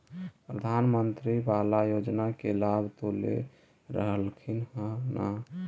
प्रधानमंत्री बाला योजना के लाभ तो ले रहल्खिन ह न?